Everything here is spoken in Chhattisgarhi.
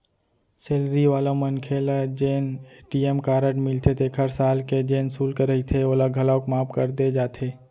सेलरी वाला मनखे ल जेन ए.टी.एम कारड मिलथे तेखर साल के जेन सुल्क रहिथे ओला घलौक माफ कर दे जाथे